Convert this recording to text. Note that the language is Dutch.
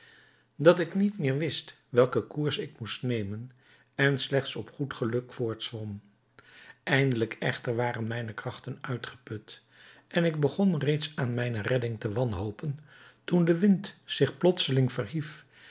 dat ik niet meer wist welken koers ik moest nemen en slechts op goed geluk voortzwom eindelijk echter waren mijne krachten uitgeput en ik begon reeds aan mijne redding te wanhopen toen de wind zich plotseling verhief